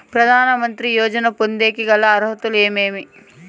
ప్రధాన మంత్రి యోజన పొందేకి గల అర్హతలు ఏమేమి?